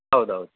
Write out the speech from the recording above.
ಹೌದು ಹೌದು